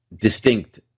distinct